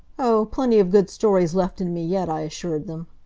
oh, plenty of good stories left in me yet, i assured them.